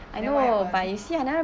then what happen